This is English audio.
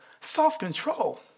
Self-control